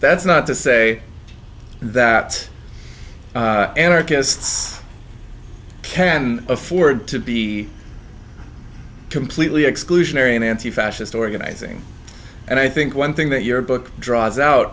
that's not to say that anarchists can afford to be completely exclusionary an anti fascist organizing and i think one thing that your book draws out